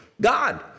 God